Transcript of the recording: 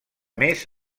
més